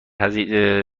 هزینه